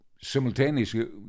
Simultaneously